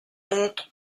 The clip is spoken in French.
montre